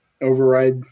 override